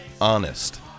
honest